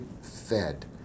fed